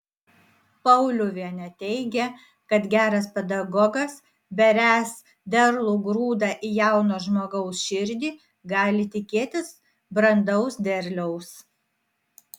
pauliuvienė teigia kad geras pedagogas beriąs derlų grūdą į jauno žmogaus širdį gali tikėtis brandaus derliaus